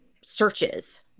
searches